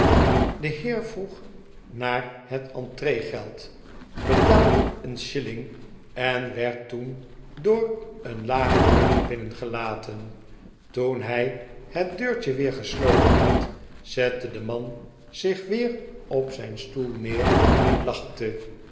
de heer vroeg naar het entreegeld betaalde een shilling en werd toen door een laag deurtje binnengelaten toen hij het deurtje weer gesloten had zette de man zich weer op zijn stoel neer en lachte